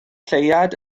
lleuad